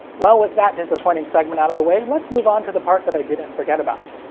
well, with that disappointing segment out of the way, let's move on to the part that i didn't forget about.